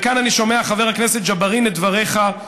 וכאן אני שומע, חבר הכנסת ג'בארין, את דבריך.